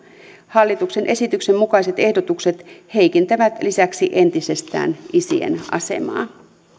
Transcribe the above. hallituksen esityksen mukaiset ehdotukset heikentävät lisäksi entisestään isien asemaa